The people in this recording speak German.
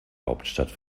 hauptstadt